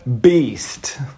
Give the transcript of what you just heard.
beast